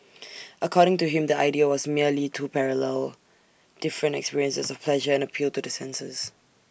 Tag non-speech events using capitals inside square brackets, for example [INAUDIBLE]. according to him the idea was merely to parallel different experiences of pleasure and [NOISE] appeal to the senses [NOISE]